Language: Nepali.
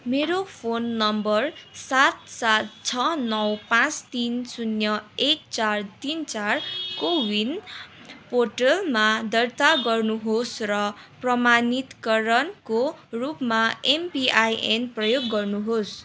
मेरो फोन नम्बर सात सात छ नौ पाँच तिन शुन्य एक चार तिन चार कोवीन पोर्टलमा दर्ता गर्नुहोस् र प्रमाणिकरणको रूपमा एमपिआइएन प्रयोग गर्नुहोस्